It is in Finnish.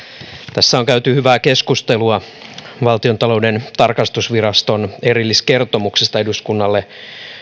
tässä on käyty hyvää keskustelua valtiontalouden tarkastusviraston erilliskertomuksesta eduskunnalle